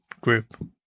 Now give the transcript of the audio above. group